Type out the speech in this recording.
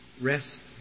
Rest